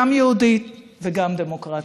גם יהודית וגם דמוקרטית.